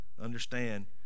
understand